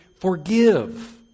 forgive